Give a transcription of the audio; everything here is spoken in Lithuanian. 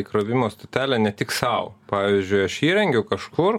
įkrovimo stotelę ne tik sau pavyzdžiui aš įrengiau kažkur